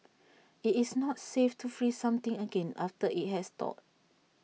IT is not safe to freeze something again after IT has thawed